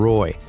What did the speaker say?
Roy